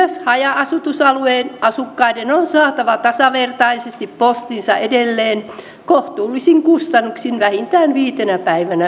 myös haja asutusalueiden asukkaiden on saatava tasavertaisesti postinsa edelleen kohtuullisin kustannuksin vähintään viitenä päivänä viikossa